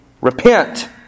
Repent